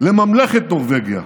לממלכת נורבגיה,